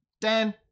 Dan